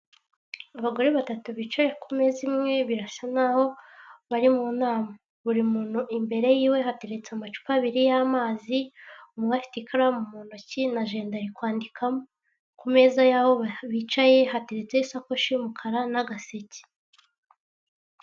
Abagore batatu bicaye ku meza imwe birasa nkaho, bari mu nama. Buri muntu imbere yiwe hateretse amacupa abiri y'amazi, umwe afite ikaramu mu ntoki n'ajenda ari kwandikamo. Ku meza yaho bicaye hatetseho isakoshi y'umukara n'agaseke.